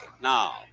Now